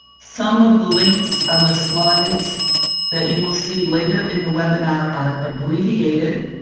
some of the links on the slides that you will see later in the webinar are abbreviated,